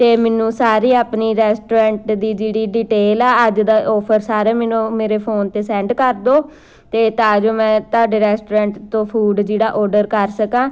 ਅਤੇ ਮੈਨੂੰ ਸਾਰੀ ਆਪਣੀ ਰੈਸਟੋਰੈਂਟ ਦੀ ਜਿਹੜੀ ਡਿਟੇਲ ਆ ਅੱਜ ਦਾ ਔਫਰ ਸਾਰੇ ਮੈਨੂੰ ਮੇਰੇ ਫੋਨ 'ਤੇ ਸੈਂਡ ਕਰ ਦਿਉ ਅਤੇ ਤਾਂ ਜੋ ਮੈਂ ਤੁਹਾਡੇ ਰੈਸਟੋਰੈਂਟ ਤੋਂ ਫੂਡ ਜਿਹੜਾ ਔਡਰ ਕਰ ਸਕਾਂ